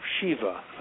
Shiva